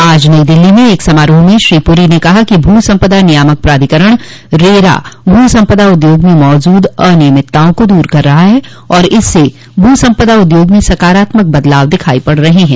आज नई दिल्ली में एक समारोह में श्री पुरी ने कहा कि भूसंपदा नियामक प्राधिकरण रेरा भूसंपदा उद्योग में मौजूद अनियमितताओं को दूर कर रहा है और इससे भू संपदा उद्योग में सकारात्मक बदलाव दिखाई पड़ रहे हैं